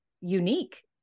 unique